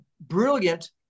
brilliant